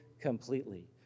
completely